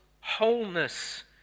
wholeness